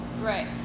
Right